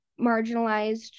marginalized